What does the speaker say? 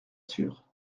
sûr